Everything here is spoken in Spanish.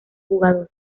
jugador